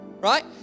Right